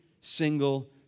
single